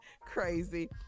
Crazy